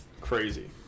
crazy